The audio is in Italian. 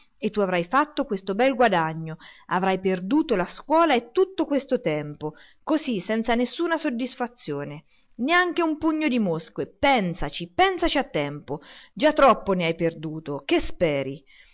e tu avrai fatto questo bel guadagno avrai perduto la scuola e tutto questo tempo così senza nessuna soddisfazione neanche un pugno di mosche pensaci pensaci a tempo già troppo ne hai perduto che speri